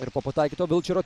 ir po pataikyto vilčero